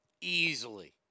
Easily